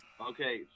Okay